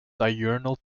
diurnal